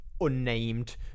unnamed